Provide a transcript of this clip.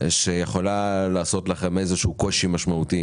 שיכולה לעשות לכם איזשהו קושי משמעותי